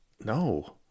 No